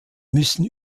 müssen